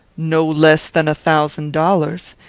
no less than a thousand dollars.